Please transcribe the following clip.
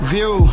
View